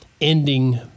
ending